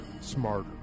smarter